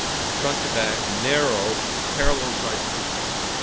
from front to back, narrow, parallel side of tooth rows.